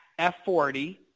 f40